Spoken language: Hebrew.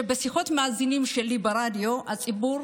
בשיחות מאזינים שלי ברדיו, הציבור